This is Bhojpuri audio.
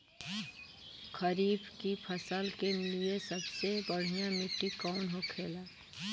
खरीफ की फसल के लिए सबसे बढ़ियां मिट्टी कवन होखेला?